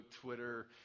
Twitter